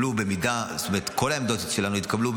כל העמדות שלנו התקבלו,